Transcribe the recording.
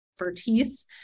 expertise